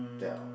Dell